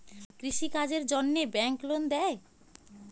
কৃষি কাজের জন্যে ব্যাংক লোন দেয়?